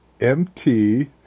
MT